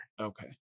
Okay